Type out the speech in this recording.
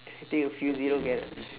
think a few zero can ah